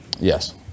Yes